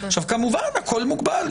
כמובן, הכול מוגבל.